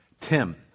Tim